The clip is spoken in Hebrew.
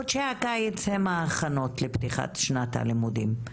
חודשי הקיץ הם תקופת ההכנות לפתיחת שנת הלימודים,